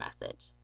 message